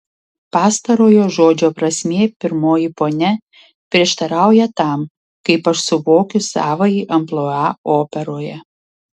pastarojo žodžio prasmė pirmoji ponia prieštarauja tam kaip aš suvokiu savąjį amplua operoje